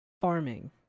farming